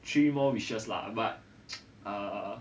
three more wishes lah but err